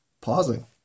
pausing